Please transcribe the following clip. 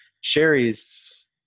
Sherry's